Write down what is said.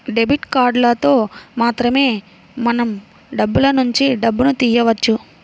debit కార్డులతో మాత్రమే మనం బ్యాంకులనుంచి డబ్బును తియ్యవచ్చు